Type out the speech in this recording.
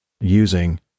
using